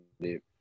deep